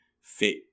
fit